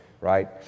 right